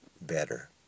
better